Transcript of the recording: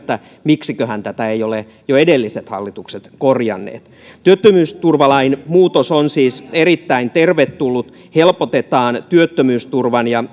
miksiköhän tätä eivät ole jo edelliset hallitukset korjanneet työttömyysturvalain muutos on siis erittäin tervetullut helpotetaan työttömyysturvan ja